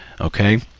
Okay